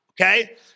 okay